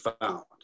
found